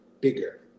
bigger